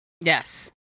Yes